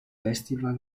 festival